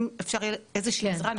אם אפשר איזושהי עזרה,